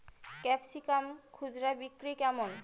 Capsicum খুচরা বিক্রি কেমন?